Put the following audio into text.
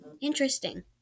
interesting